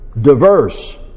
diverse